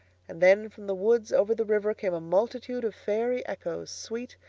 and then from the woods over the river came a multitude of fairy echoes, sweet,